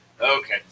Okay